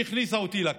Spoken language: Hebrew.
שהכניסה אותי לכנסת.